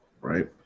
right